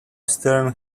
stern